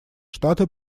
штаты